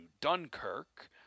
Dunkirk